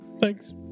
Thanks